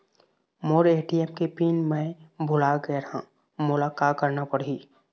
मोर ATM के pin मैं भुला गैर ह, मोला का करना पढ़ही?